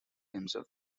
himself